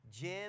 Jim